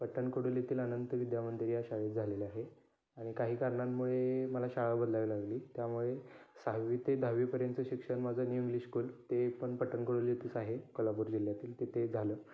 पट्टन कोडोलीतील अनंत विद्या मंदिर या शाळेत झालेलं आहे आणि काही कारणांमुळे मला शाळा बदलावी लागली त्यामुळे सहावी ते दहावीपर्यंत शिक्षण माझं न्यू इंग्लिश स्कूल ते पण पट्टन कोडोलीतच आहे कोल्हापूर जिल्ह्यातील तिथे झालं